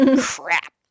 Crap